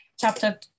chapter